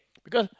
because